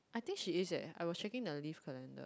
I think she is eh I was checking the other leave calendar